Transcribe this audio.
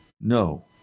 No